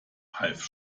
half